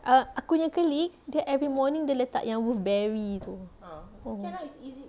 err aku nya colleague dia every morning dia letak wolfberry tu